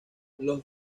los